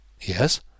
Yes